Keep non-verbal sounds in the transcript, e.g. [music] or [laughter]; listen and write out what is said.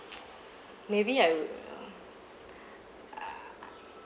[noise] maybe I will [breath] err